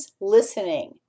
listening